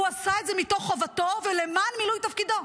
והוא עשה את זה מתוך חובתו ולמען מילוי תפקידו.